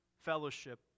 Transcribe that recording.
Fellowship